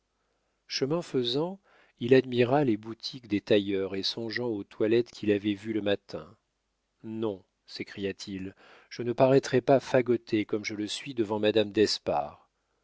chemin faisant il admira les boutiques des tailleurs et songeant aux toilettes qu'il avait vues le matin non s'écria-t-il je ne paraîtrai pas fagoté comme je le suis devant madame d'espard